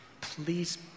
Please